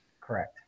Correct